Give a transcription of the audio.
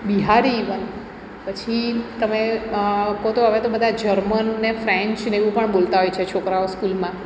બિહારી એવા પછી તમે કો તો હવે તો બધા જર્મનને ફ્રેંચને એવું પણ બોલતા હોય છે છોકરાઓ સ્કૂલમાં